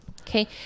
Okay